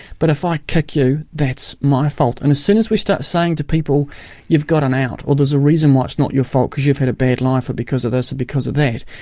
but if i kick you, that's my fault. and as soon as we start saying to people you've got an out, or there's a reason why it's not your fault, because you've had a bad life', or because of this or because of that,